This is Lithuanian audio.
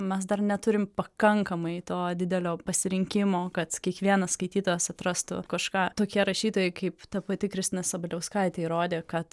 mes dar neturim pakankamai to didelio pasirinkimo kad kiekvienas skaitytojas atrastų kažką tokie rašytojai kaip ta pati kristina sabaliauskaitė įrodė kad